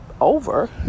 over